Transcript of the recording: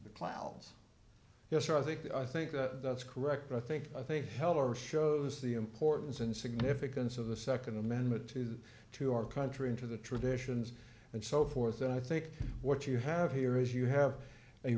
the clouds yes i think that i think that that's correct i think i think heller shows the importance and significance of the nd amendment to to our country into the traditions and so forth and i think what you have here is you have a